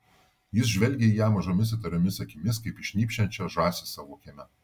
jis žvelgė į ją mažomis įtariomis akimis kaip į šnypščiančią žąsį savo kieme